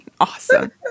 Awesome